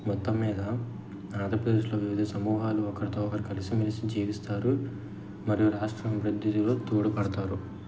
మొత్తం మీద ఆంధ్రప్రదేశ్లో వివిధ సమూహాలు ఒకరితో ఒకరు కలిసిమెలిసి జీవిస్తారు మరియు రాష్ట్ర అభిృద్ధిలో తోడ్పడతారు